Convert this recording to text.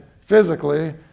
physically